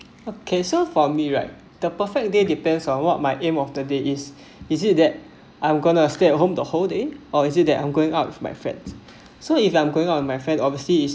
okay so for me right the perfect day depends on what my aim of the day is is it that I'm going to stay at home the whole day or is it that I'm going out with my friends so if I'm going out with my friend obviously is